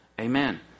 amen